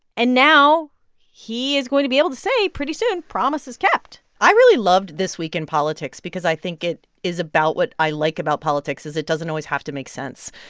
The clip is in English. and now he is going to be able to say pretty soon, promises kept i really loved this week in politics because i think it is about what i like about politics is it doesn't always have to make sense,